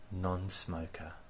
non-smoker